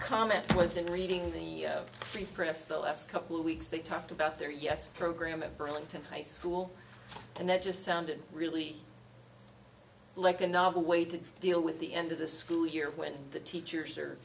comment was in reading the free press the last couple of weeks they talked about their yes program at burlington high school and that just sounded really like a novel way to deal with the end of the school year when the teachers are